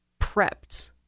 prepped